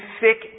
sick